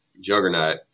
juggernaut